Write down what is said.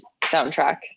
soundtrack